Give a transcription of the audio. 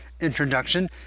introduction